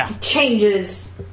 changes